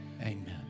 amen